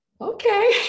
okay